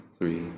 three